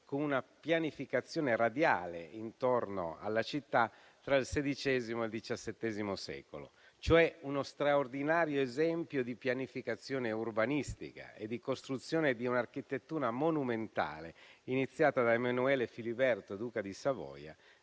con una pianificazione radiale intorno alla città fra il XVI e il XVII secolo, cioè uno straordinario esempio di pianificazione urbanistica e di costruzione di un'architettura monumentale iniziata da Emanuele Filiberto, duca di Savoia,